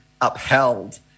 upheld